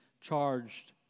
charged